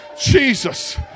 Jesus